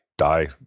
die